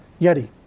Yeti